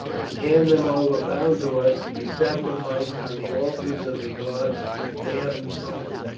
and hand them over bound to us to be sacrificed on the altars of the gods they have insulted.